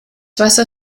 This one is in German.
wasser